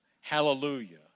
hallelujah